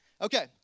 Okay